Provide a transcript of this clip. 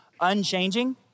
unchanging